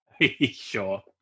Sure